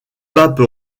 pape